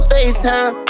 FaceTime